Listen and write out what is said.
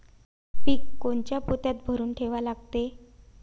पीक कोनच्या पोत्यात भरून ठेवा लागते?